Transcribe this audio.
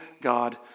God